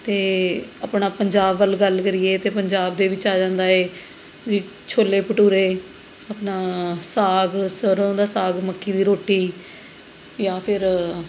ਅਤੇ ਆਪਣਾ ਪੰਜਾਬ ਵੱਲ ਗੱਲ ਕਰੀਏ ਤਾਂ ਪੰਜਾਬ ਦੇ ਵਿੱਚ ਆ ਜਾਂਦਾ ਏ ਛੋਲੇ ਭਟੂਰੇ ਅਪਣਾ ਸਾਗ ਸਰ੍ਹੋਂ ਦਾ ਸਾਗ ਮੱਕੀ ਦੀ ਰੋਟੀ ਜਾਂ ਫਿਰ